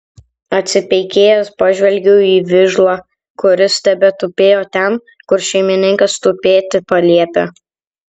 atsipeikėjęs pažvelgiau į vižlą kuris tebetupėjo ten kur šeimininkas tupėti paliepė